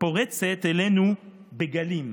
פורצת אלינו בגלים,